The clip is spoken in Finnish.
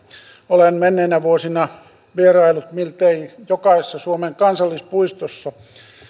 olen menneinä vuosina vieraillut miltei jokaisessa suomen kansallispuistossa